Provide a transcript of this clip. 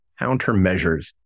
Countermeasures